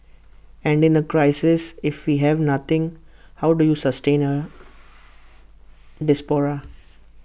and in A crisis if we have nothing how do you sustain A diaspora